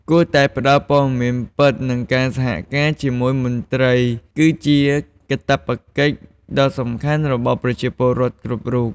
គួរតែផ្ដល់ព័ត៌មានពិត និងការសហការជាមួយមន្ត្រី គឺជាកាតព្វកិច្ចដ៏សំខាន់របស់ប្រជាពលរដ្ឋគ្រប់រូប។